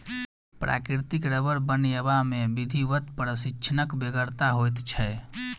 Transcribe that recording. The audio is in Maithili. प्राकृतिक रबर बनयबा मे विधिवत प्रशिक्षणक बेगरता होइत छै